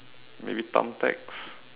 maybe thumbtacks